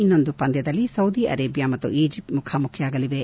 ಇನ್ನೊಂದು ಪಂದ್ಯದಲ್ಲಿ Saudi Arabia ಮತ್ತು ಈಜಿಪ್ಲ್ ಮುಖಾಮುಖಿಯಾಗಲಿವೆ